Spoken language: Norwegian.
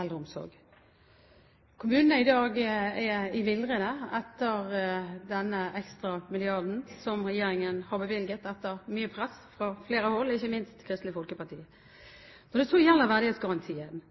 eldreomsorg. Kommunene er i dag i villrede etter den ekstra milliarden som regjeringen har bevilget etter mye press fra flere hold, ikke minst Kristelig Folkeparti. Når det så gjelder verdighetsgarantien,